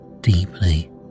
deeply